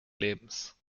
lebens